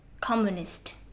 communist